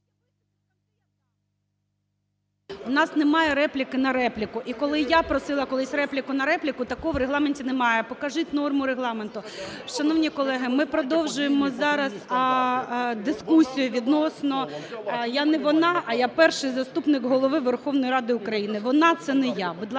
У нас немає репліки на репліку. І коли я просила колись репліку на репліку, такого в Регламенті немає. Покажіть норму Регламенту. Шановні колеги, ми продовжуємо зараз дискусію відносно… Я не "вона", а я – Перший заступник Голови Верховної Ради України. "Вона" – це не я.